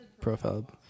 profile